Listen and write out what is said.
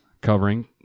covering